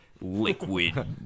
liquid